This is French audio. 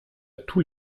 tous